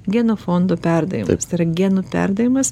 genofondo perdavimas tai yra genų perdavimas